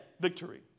victory